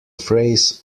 phrase